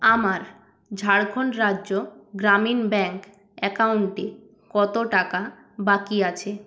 আমার ঝাড়খণ্ড রাজ্য গ্রামীণ ব্যাঙ্ক অ্যাকাউন্টে কত টাকা বাকি আছে